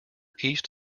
east